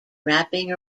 wrapping